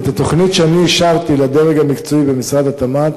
את התוכנית שאני אישרתי לדרג המקצועי במשרד התמ"ת,